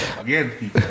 Again